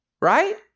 Right